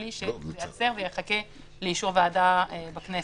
בלי שזה ייעצר ויחכה לאישור ועדה בכנסת.